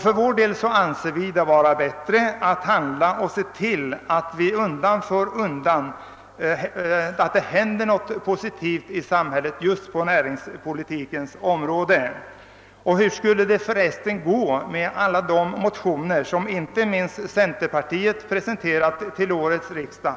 För vår del anser vi det vara bättre att handla för att undan för undan åstadkomma något positivt på näringspolitikens område. Hur skulle det för resten gå med alla de motioner, som inte minst centerpartiet väckt vid årets riksdag